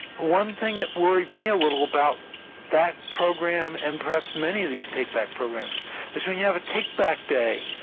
one thing that worried me a little about that program and perhaps many of these take-back programs is when you have a take-back day,